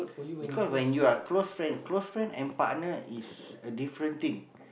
because when you're close friend close friend and partner is a different thing